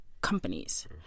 companies